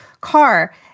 car